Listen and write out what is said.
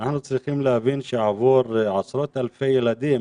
אנחנו צריכים להבין שעבור עשרות אלפי ילדים